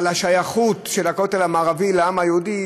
על השייכות של הכותל המערבי לעם היהודי.